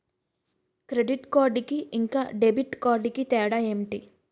Credit card కి ఇంకా debit card కి తేడా ఏంటి?